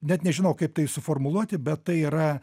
net nežinau kaip tai suformuluoti bet tai yra